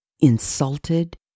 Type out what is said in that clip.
insulted